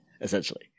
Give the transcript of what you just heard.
essentially